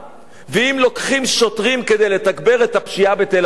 ואם לוקחים שוטרים כדי לתגבר את הפשיעה בתל-אביב,